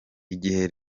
igihe